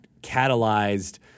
catalyzed